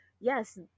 yes